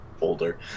older